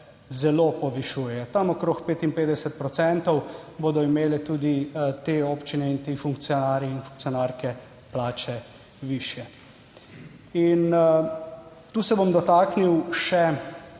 zelo povišujejo, tam okrog 55 procentov bodo imele tudi te občine in ti funkcionarji in funkcionarke plače višje. In tu se bom dotaknil še